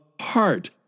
heart